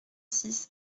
six